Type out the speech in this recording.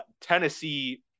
Tennessee